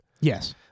Yes